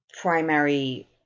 primary